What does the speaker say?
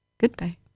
goodbye